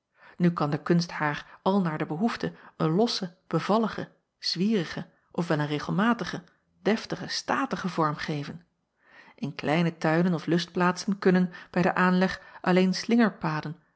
u kan de kunst haar al naar de behoefte een lossen bevalligen zwierigen of wel een regelmatigen deftigen statigen vorm geven n kleine tuinen of lustplaatsen kunnen bij den aanleg alleen